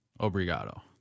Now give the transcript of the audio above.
Obrigado